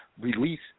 release